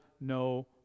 no